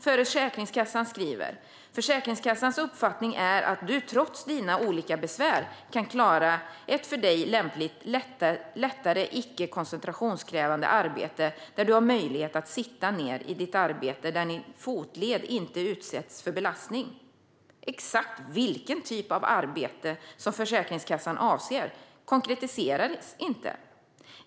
Försäkringskassan skriver: Försäkringskassans uppfattning är att du trots dina olika besvär kan klara ett för dig lämpligt lättare icke koncentrationskrävande arbete där du har möjlighet att sitta ned i ditt arbete och där din fotled inte utsätts för belastning. Exakt vilken typ av arbete som Försäkringskassan avser konkretiseras inte.